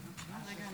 רבה.